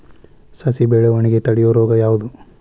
ಸಸಿ ಬೆಳವಣಿಗೆ ತಡೆಯೋ ರೋಗ ಯಾವುದು?